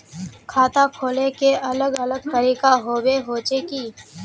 खाता खोले के अलग अलग तरीका होबे होचे की?